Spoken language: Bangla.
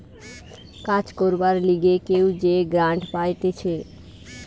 কাজ করবার লিগে কেউ যে গ্রান্ট পাইতেছে